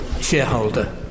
shareholder